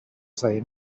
say